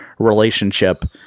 relationship